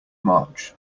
march